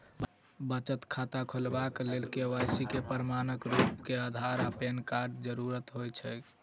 बचत खाता खोलेबाक लेल के.वाई.सी केँ प्रमाणक रूप मेँ अधार आ पैन कार्डक जरूरत होइ छै